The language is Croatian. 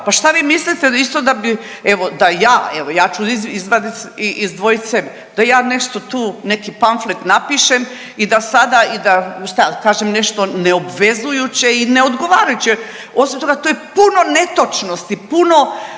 pa šta vi mislite isto da bi, evo da ja, evo ja ću izvadit, izdvojit sebe, da ja nešto tu neki pamflet napišem i da sada i da, šta ja kažem nešto neobvezujuće i neodgovarajuće. Osim toga to je puno netočnosti, puno,